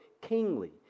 kingly